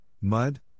mud